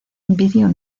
video